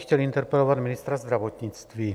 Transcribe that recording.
Chtěl bych interpelovat ministra zdravotnictví.